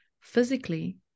physically